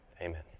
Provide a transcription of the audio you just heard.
Amen